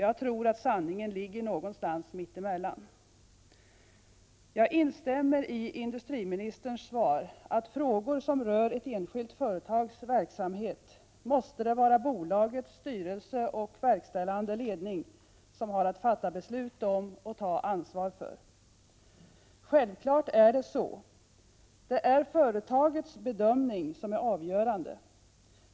Jag tror att sanningen ligger någonstans mitt emellan. Jag instämmer i industriministerns svar att det i frågor som rör ett enskilt företags verksamhet måste vara bolagets styrelse och verkställande ledning som har att fatta beslut och ta ansvar. Självklart är det så. Det är företagets bedömning som är avgörande.